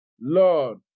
Lord